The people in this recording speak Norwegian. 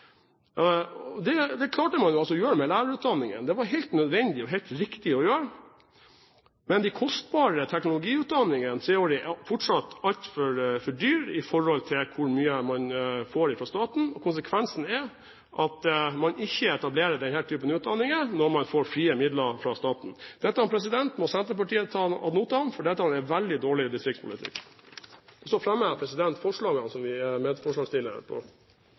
er fortsatt altfor dyre i forhold til hvor mye man får fra staten. Konsekvensen er at man ikke etablerer denne typen utdanninger når man får frie midler fra staten. Dette må Senterpartiet ta ad notam, for dette er veldig dårlig distriktspolitikk. Jeg tar opp Fremskrittspartiets forslag og forslagene som vi er